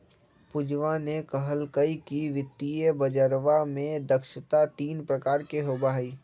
पूजवा ने कहल कई कि वित्तीय बजरवा में दक्षता तीन प्रकार के होबा हई